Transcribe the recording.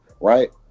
right